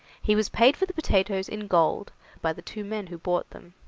he was paid for the potatoes in gold by the two men who bought them.